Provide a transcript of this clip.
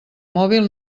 mòbil